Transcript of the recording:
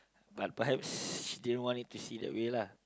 but perhaps she didn't want it to see that way lah